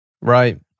Right